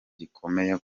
gikomeye